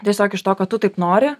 tiesiog iš to kad tu taip nori